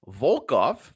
Volkov